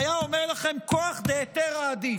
והיום אומר לכם "כוח דהיתרא עדיף".